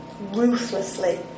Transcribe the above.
Ruthlessly